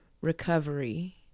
recovery